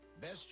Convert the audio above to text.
Best